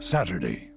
Saturday